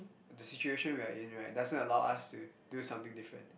the situation we're in right doesn't allow us to do something different